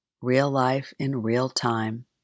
real-life-in-real-time